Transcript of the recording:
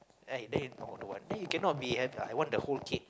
right then you no don't want the you cannot be and I want the whole cake